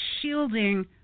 shielding